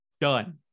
done